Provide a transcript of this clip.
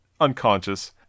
unconscious